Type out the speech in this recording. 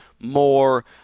more